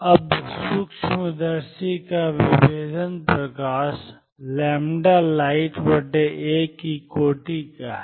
अब सूक्ष्मदर्शी का विभेदन प्रकाश lightaकी कोटि का है